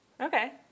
Okay